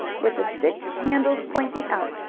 with the stick-handles pointing out,